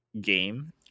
game